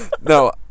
No